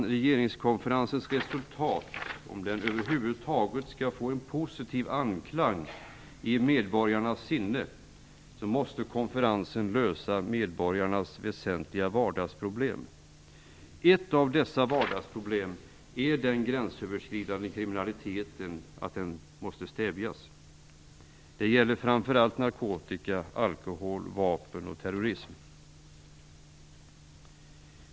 Om regeringskonferens resultat över huvud taget skall få en positiv anklang i medborgarnas sinnen måste konferensen lösa medborgarnas väsentliga vardagsproblem. Ett sådant vardagsproblem är den gränsöverskridande kriminaliteten. Denna måste stävjas! Det gäller framför allt narkotika, alkohol, vapen och terrorism.